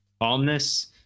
calmness